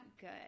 good